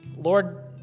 Lord